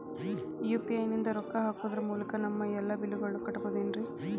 UPI ನಿಂದ ರೊಕ್ಕ ಹಾಕೋದರ ಮೂಲಕ ನಮ್ಮ ಎಲ್ಲ ಬಿಲ್ಲುಗಳನ್ನ ಕಟ್ಟಬಹುದೇನ್ರಿ?